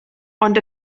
ond